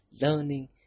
learning